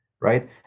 Right